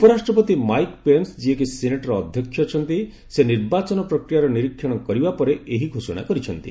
ଉପରାଷ୍ଟ୍ରପତି Mike Pence ଯିଏକି ସିନେଟ୍ର ଅଧ୍ୟକ୍ଷ ଅଛନ୍ତି ସେ ନିର୍ବାଚନ ପ୍ରକ୍ରିୟାର ନିରୀକ୍ଷଣ କରିବା ପରେ ଏହି ଘୋଷଣା କରିଛନ୍ତି